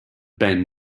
ben